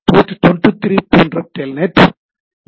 board 23 போன்ற telnet F